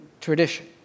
tradition